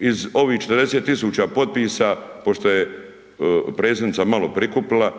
iz ovih 40 tisuća potpisa pošto je predsjednica malo prikupila,